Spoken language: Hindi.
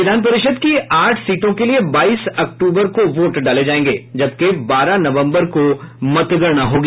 विधान परिषद की आठ सीटों के लिए बाईस अक्टूबर को वोट डाले जायेंगे जबकि बारह नवम्बर को मतगणना होगी